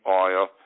oil